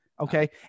Okay